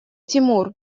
тимур